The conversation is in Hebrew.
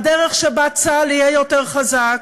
הדרך שבה צה"ל יהיה יותר חזק,